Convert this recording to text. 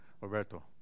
Roberto